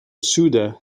suda